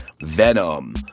Venom